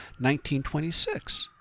1926